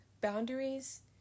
boundaries